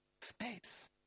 Space